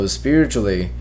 spiritually